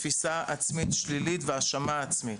תפיסה עצמית שלילית והאשמה עצמית.